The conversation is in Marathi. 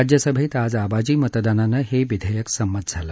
राज्यसभेत आज आवाजी मतदानानं हे विधेयक संमत झालं